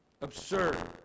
absurd